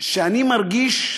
שאני מרגיש,